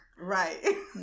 Right